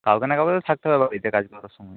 কাউকে না কাউকে তো থাকতে হবে বাড়িতে কাজ করার সময়